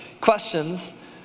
questions